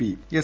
P S